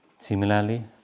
Similarly